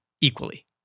equally